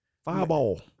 Fireball